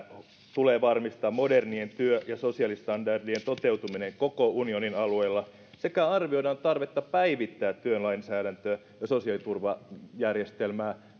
tulee varmistaa modernien työ ja sosiaalistandardien toteutuminen koko unionin alueella sekä arvioidaan tarvetta päivittää työlainsäädäntöä ja sosiaaliturvajärjestelmää